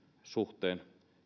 suhteen